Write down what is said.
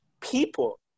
people